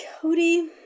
Cody